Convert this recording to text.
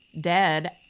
dead